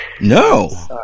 no